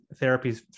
therapies